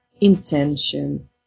intention